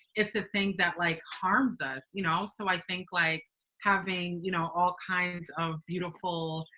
it's a thing that, like, harms us. you know, so, i think like having, you know, all kinds of beautiful,